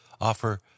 offer